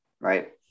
Right